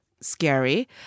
scary